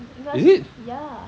is it